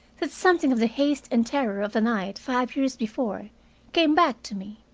that something of the haste and terror of a night five years before came back to me,